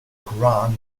quran